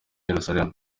yeruzalemu